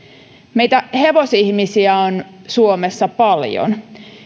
meitä hevosihmisiä on suomessa paljon